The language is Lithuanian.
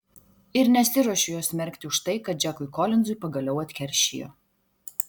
ir nesiruošiu jos smerkti už tai kad džekui kolinzui pagaliau atkeršijo